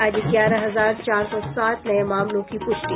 आज ग्यारह हजार चार सौ सात नये मामलों की प्रष्टि